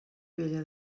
vella